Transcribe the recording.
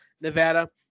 Nevada